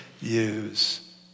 use